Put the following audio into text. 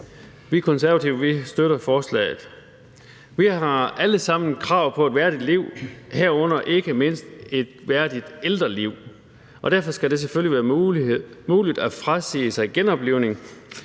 Vi Konservative støtter forslaget. Vi har alle sammen krav på et værdigt liv, herunder ikke mindst et værdigt ældreliv. Og derfor skal det selvfølgelig være muligt at frasige sig genoplivning,